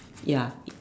ya